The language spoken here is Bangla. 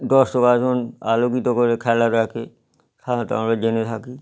দর্শক আসন আলোকিত করে খেলা দেখে খেলাটাও আমরা জেনে থাকি